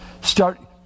Start